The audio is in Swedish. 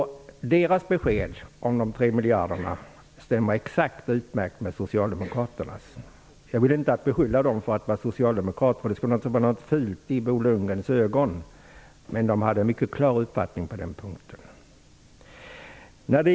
Deras besked om de tre miljarderna stämmer utmärkt med socialdemokraternas. Jag vill inte beskylla dem för att vara socialdemokrater, eftersom det skulle vara något fult i Bo Lundgrens ögon. Men de hade en mycket klar uppfattning på den punkten.